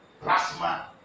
plasma